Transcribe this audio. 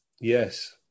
Yes